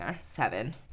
Seven